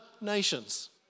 nations